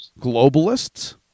globalists